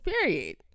Period